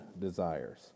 desires